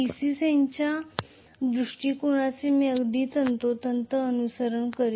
सेन यांच्या दृष्टिकोनाचे मी अगदी तंतोतंत अनुसरण करीत आहे